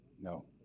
No